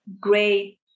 great